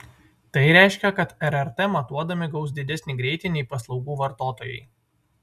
tai reiškia kad rrt matuodami gaus didesnį greitį nei paslaugų vartotojai